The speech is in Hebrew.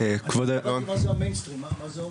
לא הבנתי מה זה המיינסטרים, מה זה אומר?